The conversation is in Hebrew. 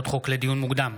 לדיון מוקדם,